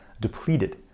depleted